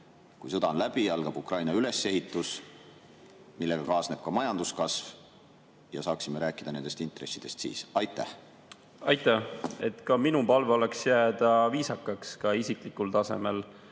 kui sõda on läbi, algab Ukraina ülesehitus, millega kaasneb ka majanduskasv, ja saaksime rääkida nendest intressidest siis. Aitäh! Ka minu palve oleks jääda viisakaks ka isiklikul tasemel.